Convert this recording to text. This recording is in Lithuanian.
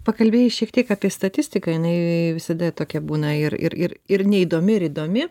pakalbėjus šiek tiek apie statistiką jinai visada tokia būna ir ir ir neįdomi ir įdomi